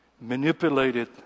manipulated